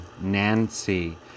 Nancy